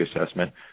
assessment